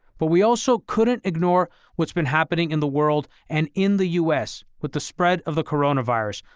but we also couldn't ignore what's been happening in the world and in the u s. with the spread of the coronavirus,